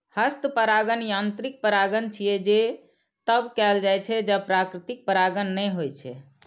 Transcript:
हस्त परागण यांत्रिक परागण छियै, जे तब कैल जाइ छै, जब प्राकृतिक परागण नै होइ छै